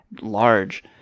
large